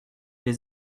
les